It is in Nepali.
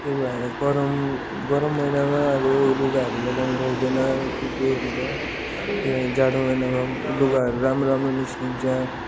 त्यही भएर गरम गरम महिनामा अब लुगाहरू लगाउनु पाउँदैन कि के हुन्छ धेरै जाडो महिनामा लुगाहरू राम्रो राम्रो निस्किन्छ